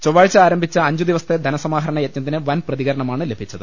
ചൊവ്വാഴ്ച ആരം ഭിച്ച അഞ്ചുദിവസത്തെ ധനസമാഹരണ യജ്ഞത്തിന് വൻ പ്രതി കരണമാണ് ലഭിച്ചത്